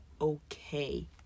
okay